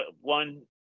one